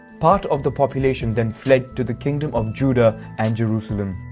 part of the population then fled to the kingdom of judah and jerusalem.